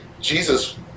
Jesus